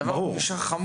הדבר הוא חמור.